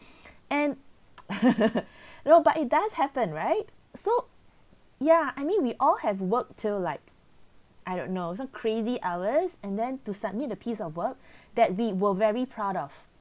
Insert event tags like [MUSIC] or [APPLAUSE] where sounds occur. and [LAUGHS] no but it does happen right so yeah I mean we all have work till like I don't know even crazy hours and then to submit a piece of work that we will very proud of